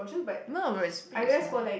no whereas pit is small